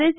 S